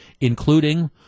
including